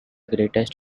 greatest